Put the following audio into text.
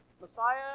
Messiah